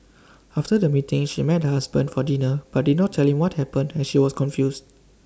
after the meeting she met her husband for dinner but did not tell him what happened as she was confused